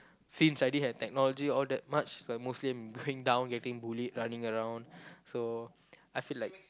since I didn't had technology all that much so mostly I'm going down getting bullied running around so I feel like